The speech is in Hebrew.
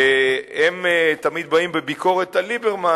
שהן תמיד באות בביקורת על ליברמן,